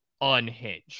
unhinged